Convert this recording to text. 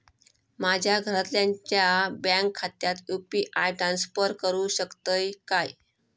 माझ्या घरातल्याच्या बँक खात्यात यू.पी.आय ट्रान्स्फर करुक शकतय काय?